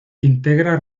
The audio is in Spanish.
integra